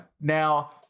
now